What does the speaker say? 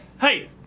hey